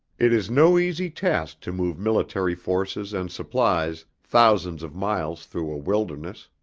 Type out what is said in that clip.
it is no easy task to move military forces and supplies thousands of miles through a wilderness.